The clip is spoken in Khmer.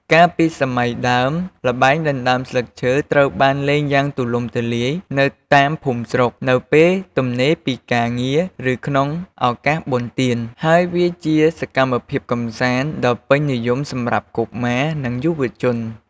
កាលពីសម័យដើម ល្បែងដណ្ដើមស្លឹកឈើត្រូវបានលេងយ៉ាងទូលំទូលាយនៅតាមភូមិស្រុក នៅពេលទំនេរពីការងារ ឬក្នុងឱកាសបុណ្យទាន ហើយវាជាសកម្មភាពកម្សាន្តដ៏ពេញនិយមសម្រាប់កុមារ និងយុវជន។